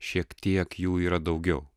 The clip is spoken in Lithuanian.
šiek tiek jų yra daugiau